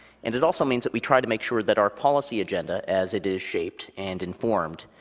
and it also means that we try to make sure that our policy agenda, as it is shaped and informed,